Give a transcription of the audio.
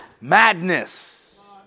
madness